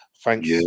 thanks